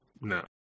No